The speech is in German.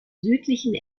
südlichen